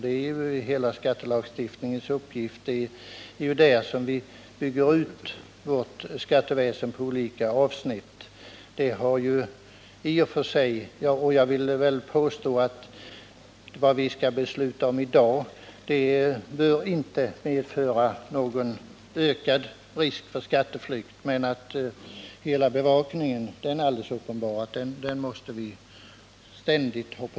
Det beslut vi skall fatta i dag medför inte någon ökad risk för skatteflykt, men vi måste uppenbart ständigt hålla bevakningen på